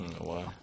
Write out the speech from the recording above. wow